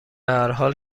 هرحال